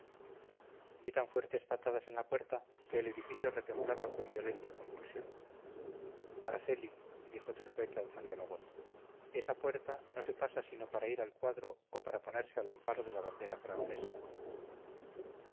di tan fuertes patadas en la puerta que el edificio retemblaba con violenta convulsión araceli dijo trijueque alzando la voz esa puerta no se pasa sino para ir al cuadro o para ponerse al amparo de la bandera francesa